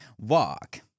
Walk